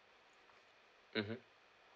mmhmm